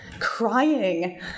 crying